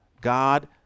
God